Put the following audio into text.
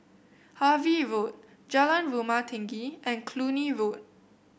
Harvey Road Jalan Rumah Tinggi and Cluny Road